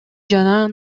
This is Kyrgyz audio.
жана